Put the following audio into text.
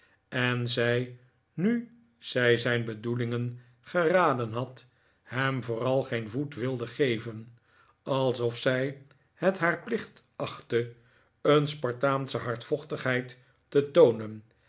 en zij nu zij zijn bedoelingen geraden had hem vooral geen voet wilde geven alsof zij het haar plicht achtte een spartaansche hardvochtigheid te toonen